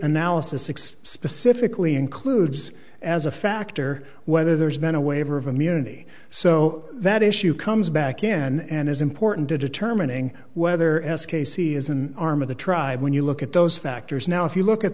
analysis six specifically includes as a factor whether there's been a waiver of immunity so that issue comes back again and is important to determining whether as casey is an arm of the tribe when you look at those factors now if you look at